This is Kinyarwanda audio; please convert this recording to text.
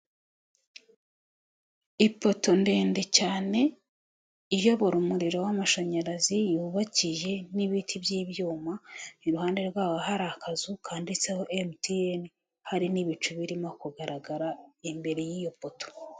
Ipoto ndende cyane iyobora umuriro w'amashanyarazi yubakiye n'ibiti by'ibyuma iruhande rwabo hari akazu kanditseho mtn hari n'ibicu birimo kugaragara imbere y'iyo poto.